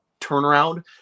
turnaround